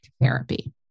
therapy